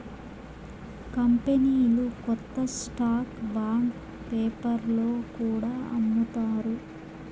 కంపెనీలు కొత్త stock bond పేపర్లో కూడా అమ్ముతారు